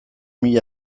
mila